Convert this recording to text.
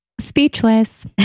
speechless